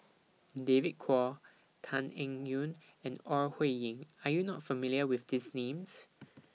David Kwo Tan Eng Yoon and Ore Huiying Are YOU not familiar with These Names